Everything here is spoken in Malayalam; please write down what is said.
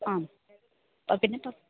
ആ പിന്നെ ഇപ്പം